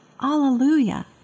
Alleluia